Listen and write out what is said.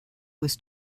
was